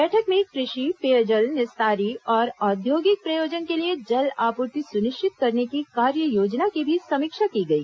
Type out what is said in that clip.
बैठक में कृषि पेयजल निस्तारी और औद्योगिक प्रयोजन के लिए जल आपूर्ति सुनिश्चित करने की कार्ययोजना की भी समीक्षा की गई